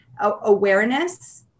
awareness